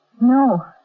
No